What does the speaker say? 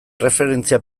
erreferentzia